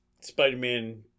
Spider-Man